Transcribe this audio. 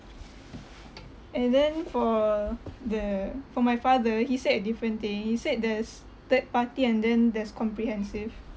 and then for the for my father he said a different thing he said there's third party and then there's comprehensive